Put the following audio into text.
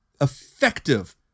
effective